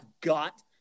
got